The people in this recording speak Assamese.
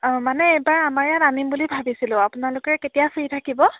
অঁ মানে এইবাৰ আমাৰ ইয়াত আনিম বুলি ভাবিছিলোঁ আপোনালোকে কেতিয়া ফ্ৰী থাকিব